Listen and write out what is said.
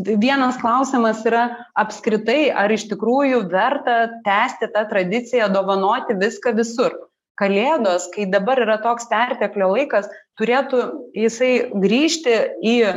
vienas klausimas yra apskritai ar iš tikrųjų verta tęsti tą tradiciją dovanoti viską visur kalėdos kai dabar yra toks perteklio laikas turėtų jisai grįžti į